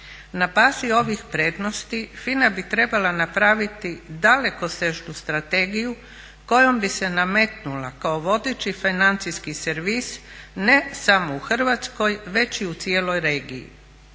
Na bazi ovih prednosti FINA bi trebala napraviti dalekosežnu strategiju kojom bi se nametnula kao vodeći financijski servis ne samo u Hrvatskoj već i u cijeloj regiji.